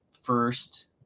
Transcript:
first